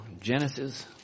Genesis